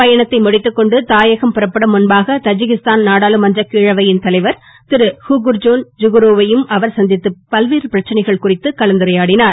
பயணத்தை முடித்துக் கொண்டு தாயகம் புறப்படும் முன்பாக ததிகிஸ்தான் நாடாளுமன்ற கீழவையின் தலைவர் திரு ஷுகுர்ஜோன் ஜுகுரோவை யும் அவர் சந்தித்து பல்வேறு பிரச்சனைகள் குறித்து கலந்துரையாடினார்